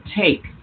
take